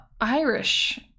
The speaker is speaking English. Irish